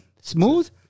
Smooth